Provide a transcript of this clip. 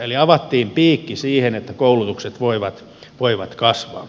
eli avattiin piikki siihen että koulutukset voivat kasvaa